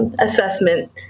assessment